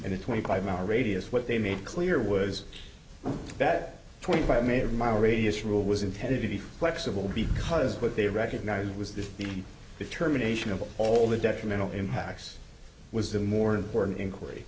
a twenty five mile radius what they made clear was that twenty five made a mile radius rule was intended to be flexible because what they recognized was that the determination of all the detrimental impacts was the more important inquiry